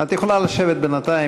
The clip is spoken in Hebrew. את יכולה לשבת בינתיים.